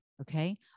okay